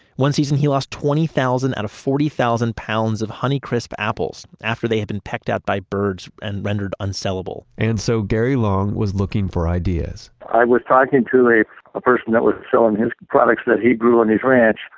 one season he lost twenty thousand out of forty thousand pounds of honey crisp apples after they had been pecked at by birds and rendered unsellable and so gary long was looking for ideas i was talking to a ah person that was selling his products that he grew on his ranch,